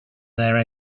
their